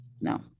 No